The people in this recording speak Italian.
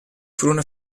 furono